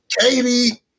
Katie